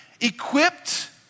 equipped